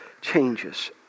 changes